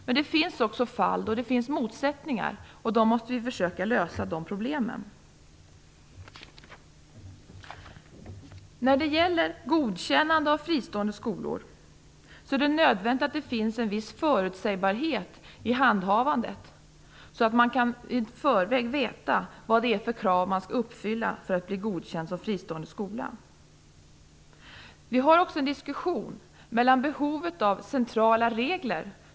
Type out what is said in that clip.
Men det finns också fall då det finns motsättningar, och då måste vi försöka lösa de problemen. Det är nödvändigt att det finns en viss förutsägbarhet i handhavandet så att man i förväg vet vad det är för krav som man skall uppfylla för att bli godkänd som fristående skola. Vi för också en diskussion om behovet av centrala regler.